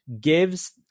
gives